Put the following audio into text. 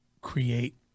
create